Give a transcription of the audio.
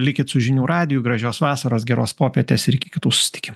likit su žinių radiju gražios vasaros geros popietės ir iki kitų susitikimų